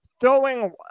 throwing